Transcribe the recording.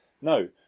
No